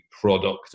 product